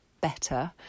better